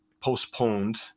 postponed